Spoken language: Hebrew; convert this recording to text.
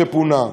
שפונה,